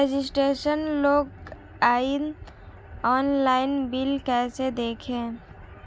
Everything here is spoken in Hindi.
रजिस्ट्रेशन लॉगइन ऑनलाइन बिल कैसे देखें?